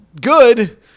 good